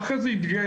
ואחרי זה התגייסתי.